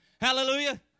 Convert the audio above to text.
Hallelujah